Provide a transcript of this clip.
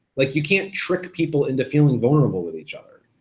like you can't trick people into feeling vulnerable with each other.